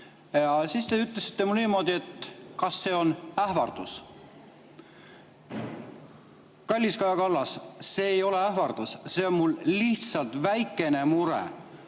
Siis te ütlesite mulle niimoodi: kas see on ähvardus? Kallis Kaja Kallas, see ei ole ähvardus, see on mul lihtsalt väikene mure